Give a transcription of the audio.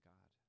God